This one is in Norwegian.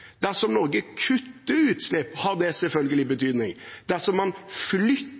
Dersom Norge kutter utslipp, har det selvfølgelig betydning. Dersom man flytter